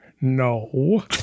No